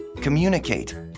Communicate